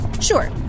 Sure